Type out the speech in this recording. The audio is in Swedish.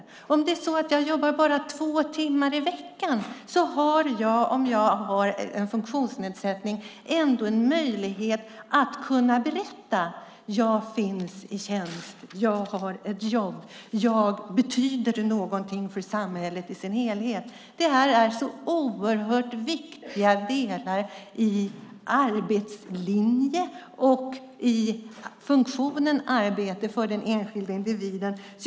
Även om en person med funktionshinder bara jobbar två timmar i veckan har man ändå en möjlighet att berätta: Jag finns i tjänst. Jag har ett jobb. Jag betyder någonting för samhället i dess helhet. Detta är så oerhört viktiga delar i arbetslinjen och i funktionen arbete för den enskilda individen.